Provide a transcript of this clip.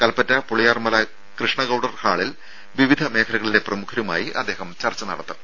കൽപ്പറ്റ പുളിയാർമല കൃഷ്ണ ഗൌഡർ ഹാളിൽ വിവിധ മേഖലകളിലെ പ്രമുഖരുമായി അദ്ദേഹം ചർച്ച നടത്തും